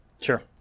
Sure